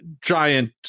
giant